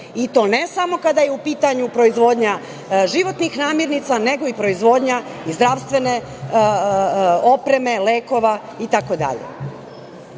i to ne samo kada je u pitanju proizvodnja životnih namernica, nego i proizvodnja zdravstvene opreme, lekova